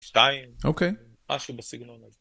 שתיים. אוקיי. משהו בסגנון.